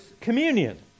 communion